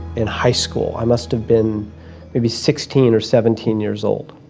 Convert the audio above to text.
in high school i must've been maybe sixteen or seventeen years old